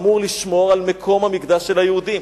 אמור לשמור על מקום המקדש של היהודים.